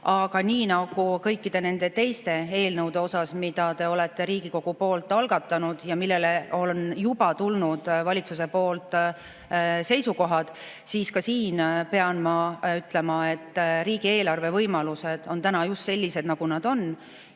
Aga nii nagu kõikide nende teiste eelnõude puhul, mida te olete Riigikogus algatanud ja mille kohta on juba tulnud valitsuse seisukohad, pean ma ka siin ütlema, et riigieelarve võimalused on täna just sellised, nagu nad on,